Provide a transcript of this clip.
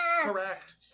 correct